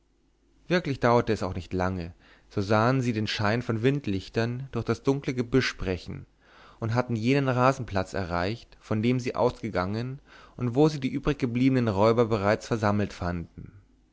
wirklich dauerte es auch nicht lange so sahen sie den schein von windlichtern durch das dunkle gebüsch brechen und hatten jenen rasenplatz erreicht von dem sie ausgegangen und wo sie die übriggebliebenen räuber bereits versammelt fanden